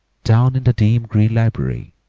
down in the dim, green library,